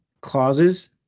clauses